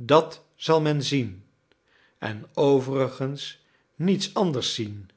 dat zal men zien en overigens niets anders zien